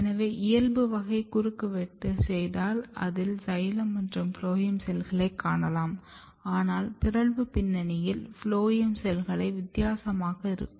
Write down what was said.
எனவே இயல்பு வகையை குறுக்கு வெட்டு செய்தால் அதில் சைலம் மற்றும் ஃபுளோயம் செல்களை காணலாம் ஆனால் பிறழ்வு பின்னணியில் ஃபுளோயம் செல்களை வித்தியாசமாக இருக்கும்